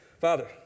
Father